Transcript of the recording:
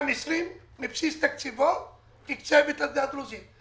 תקצב בבסיס תקציבו ב-2020 את העדה הדרוזית.